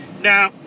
Now